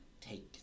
take